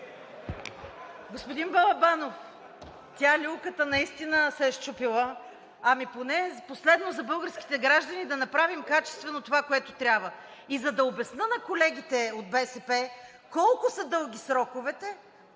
Господин Балабанов, люлката наистина се е счупила, ама поне последно за българските граждани да направим качествено това, което трябва. И за да обясня на колегите от БСП колко са дълги сроковете,